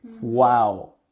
Wow